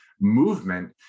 movement